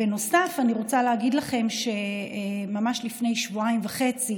בנוסף, אני רוצה להגיד לכם שממש לפני שבועיים וחצי